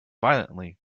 violently